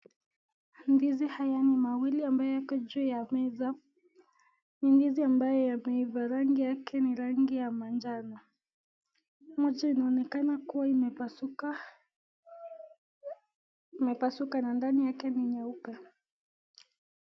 Ndizi haya ni mawili ambayo yako juu ya meza. Ni ndizi ambayo yameiva, rangi yake ni rangi ya manjano. Moja inaonekana kuwa imepasuka na ndani yake ni nyeupe.